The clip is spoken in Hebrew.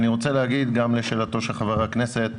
אני רוצה להתייחס לשאלת חבר הכנסת.